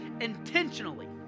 intentionally